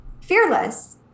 fearless